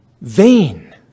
vain